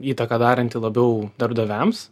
įtaką daranti labiau darbdaviams